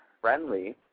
friendly